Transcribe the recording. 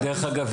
דרך אגב,